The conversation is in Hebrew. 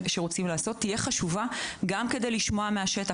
שרוצים לעשות תהיה חשובה גם כדי לשמוע מהשטח.